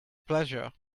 pleasure